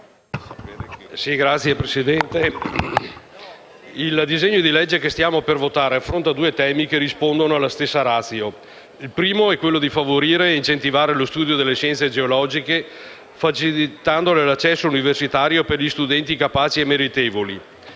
il disegno di legge che stiamo per votare affronta due temi che rispondono alla stessa *ratio*. Il primo tema è favorire e incentivare lo studio delle scienze geologiche, facilitandone l'accesso universitario agli studenti capaci e meritevoli.